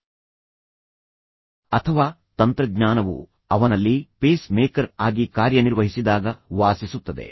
ಆದ್ದರಿಂದ ನೀವು ಹವಾನಿಯಂತ್ರಣವನ್ನು ಬಳಸುವಾಗ ನೀವು ನಿಜವಾಗಿ ಹವಾಮಾನ ನಿಯಂತ್ರಿತ ತಂತ್ರಜ್ಞಾನದಲ್ಲಿ ವಾಸಿಸುವಿರಿ ಅಥವಾ ತಂತ್ರಜ್ಞಾನವು ಅವನಲ್ಲಿ ಪೇಸ್ ಮೇಕರ್ ಆಗಿ ಕಾರ್ಯನಿರ್ವಹಿಸಿದಾಗ ವಾಸಿಸುತ್ತದೆ